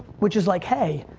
which is like hey,